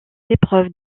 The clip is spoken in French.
épreuves